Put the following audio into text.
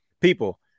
People